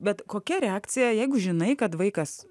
bet kokia reakcija jeigu žinai kad vaikas